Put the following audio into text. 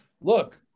look